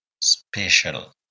special